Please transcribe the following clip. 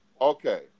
Okay